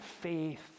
faith